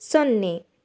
ಸೊನ್ನೆ